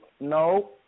No